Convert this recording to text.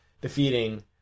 defeating